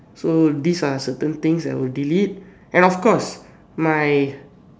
so these are certain things I will delete and of course my